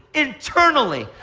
internally,